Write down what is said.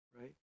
right